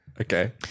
Okay